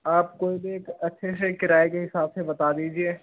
आप कोई भी एक अच्छी सी किराये के हिसाब से बता दीजिए